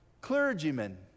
clergymen